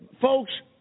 Folks